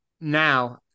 now